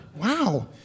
Wow